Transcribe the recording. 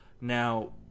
Now